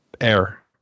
air